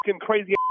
Crazy